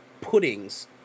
puddings